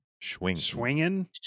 swinging